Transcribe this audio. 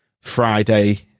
Friday